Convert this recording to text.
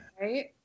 right